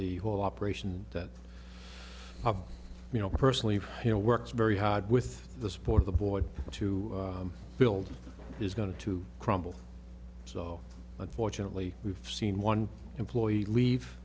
the whole operation that you know personally you know works very hard with the support of the board to build is going to crumble so unfortunately we've seen one employee leave